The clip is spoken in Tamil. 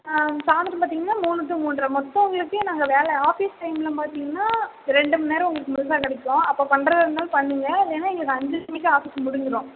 சாய்ந்தரம் பார்த்திங்கன்னா மூணு டு மூன்றை மொத்தம் உங்களுக்கு நாங்கள் வேலை ஆஃபீஸ் டைம்மில் பார்த்திங்கன்னா ரெண்டுமண் நேரம் உங்களுக்கு முழுசா கிடைக்கும் அப்போ பண்ணுறதா இருந்தாலும் பண்ணுங்கள் இல்லைனா எங்களுக்கு அஞ்சு மணிக்கு ஆஃபீஸ் முடிஞ்சிரும்